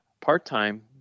part-time